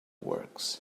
works